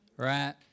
Right